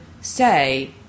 say